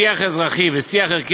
שיח אזרחי ושיח ערכי,